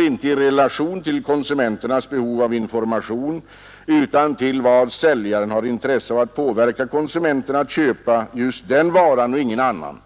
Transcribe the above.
inte i relation till konsumenternas behov av information utan till säljarens intresse av att påverka konsumenterna att köpa just den varan och ingen annan.